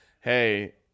hey –